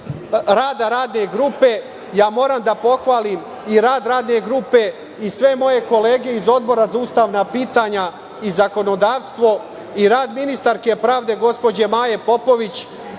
rada Radne grupe, ja moram da pohvalim i rad Radne grupe i sve moje kolege iz Odbora za ustavna pitanja i zakonodavstvo, i rad ministarke pravde gospođe Maje Popović,